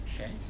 okay